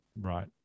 right